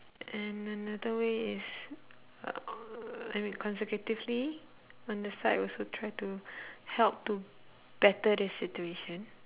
and another way is uh I mean consecutively on the side also try to help to better the situation